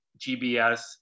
GBS